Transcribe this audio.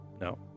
No